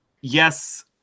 yes